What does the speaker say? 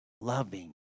loving